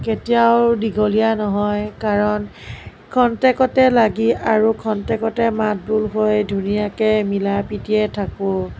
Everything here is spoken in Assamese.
কেতিয়াও দীঘলীয়া নহয় কাৰণ খন্তেকতে লাগি আৰু খন্তেকতে মাতবোল হৈ ধুনীয়াকৈ মিলা প্ৰীতিৰে থাকোঁ